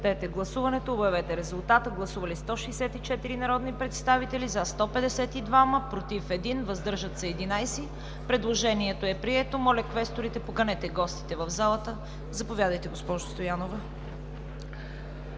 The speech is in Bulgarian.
така направената процедура за допуск. Гласували 164 народни представители: за 152, против 1, въздържали се 11. Предложението е прието. Моля, квесторите, поканете гостите в зала. Заповядайте, госпожо Стоянова.